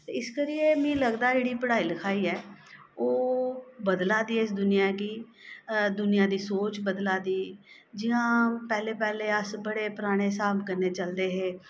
इस करियै मी लगदा कि जेह्ड़ी पढ़ाई लखाई ऐ ओह् बदला दी इस दूनियां गी दूनियां दी सोच बदला दी जि'यां अ'ऊं पैह्ले पैह्ले अस बड़े परानें स्हाब कन्नै चलदे हे